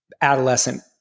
adolescent